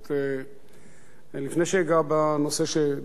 לפני שאגע בנושא שביקשתי לדבר עליו,